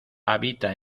habita